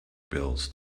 bills